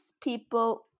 people